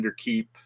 Underkeep